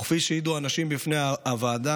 וכפי שהעידו אנשים בפני הוועדה: